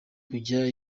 kujya